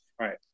right